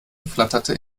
flatterte